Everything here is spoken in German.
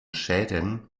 schäden